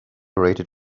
rated